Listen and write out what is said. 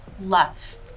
love